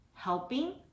helping